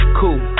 cool